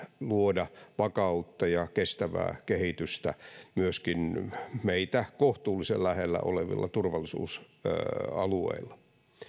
luoda vakautta ja kestävää kehitystä myöskin meitä kohtuullisen lähellä olevilla turvallisuusalueilla